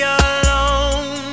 alone